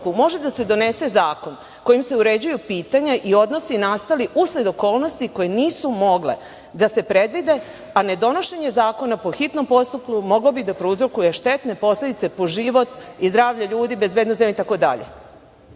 može da se donese zakon kojim se uređuju pitanja i odnosi nastali usled okolnosti koje nisu mogle da se predvide, a ne donošenje zakona po hitnom postupku moglo bi da prouzrokuje štetne posledice po život i zdravlje ljudi, bezbednost itd.